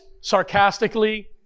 sarcastically